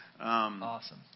Awesome